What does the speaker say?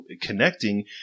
connecting